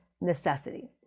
necessity